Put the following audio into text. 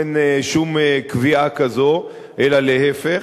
אין שום קביעה כזאת, אלא להיפך,